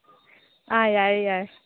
ꯑꯥ ꯌꯥꯔꯦ ꯌꯥꯔꯦ